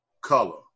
color